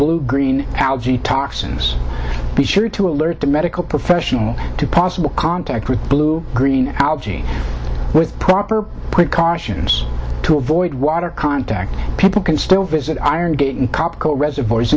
blue green algae toxins be sure to alert the medical professional to possible contact with blue green algae with proper precautions to avoid water contact people can still visit iron gate and crop co reservoirs